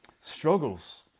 struggles